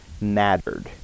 mattered